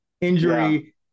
injury